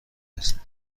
است